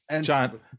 John